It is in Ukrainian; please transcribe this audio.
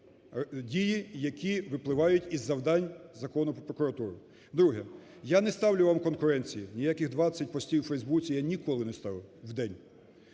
дії, які випливають із завдань Закону про прокуратуру. Друге. Я не ставлю вам конкуренції, ніяких 20 постів в "Фейсбуці" я ніколи не ставив в день.